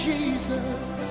Jesus